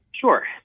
Sure